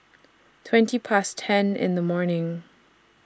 twenty Past ten in The morning